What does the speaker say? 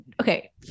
okay